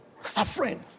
suffering